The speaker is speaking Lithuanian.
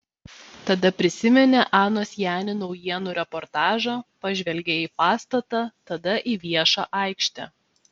tada prisiminė anos jani naujienų reportažą pažvelgė į pastatą tada į viešą aikštę